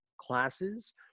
classes